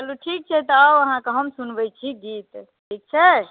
चलू ठीक छै तऽ आउ अहाँ तऽ हम सुनबै छी गीत ठीक छै